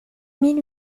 mille